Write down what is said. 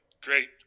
Great